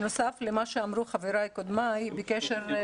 אימאן,